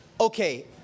okay